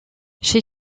chez